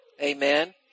Amen